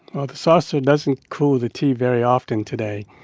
ah the saucer doesn't cool the tea very often today,